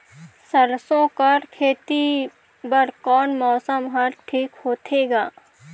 सरसो कर खेती बर कोन मौसम हर ठीक होथे ग?